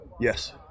Yes